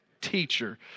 Teacher